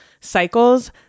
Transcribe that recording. cycles